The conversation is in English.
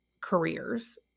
careers